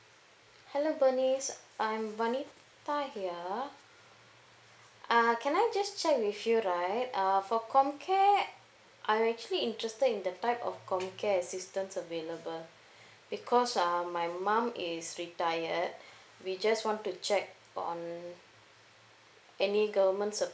hello bernice I'm vanita here uh can I just check with you right uh for comcare I'm actually interested in the type of comcare assistance available because um my mum is retired we just want to check on any government